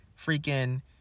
freaking